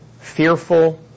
fearful